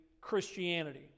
Christianity